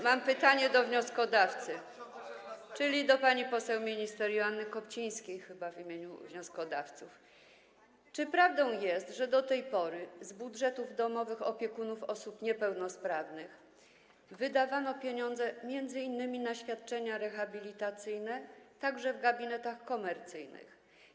Mam pytanie do wnioskodawcy, czyli do pani poseł minister Joanny Kopcińskiej, która jest tu chyba w imieniu wnioskodawców, czy prawdą jest, że do tej pory z budżetów domowych opiekunów osób niepełnosprawnych wydawano pieniądze m.in. na świadczenia rehabilitacyjne, także w gabinetach komercyjnych.